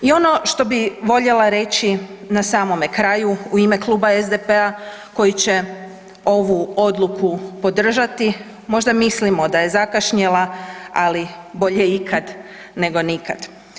I ono što bi voljela reći na samome kraju u ime Kluba SDP-a koji će ovu odluku podržati možda mislimo da je zakašnjela, ali bolje ikad nego nikad.